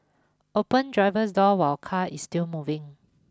open driver's door while car is still moving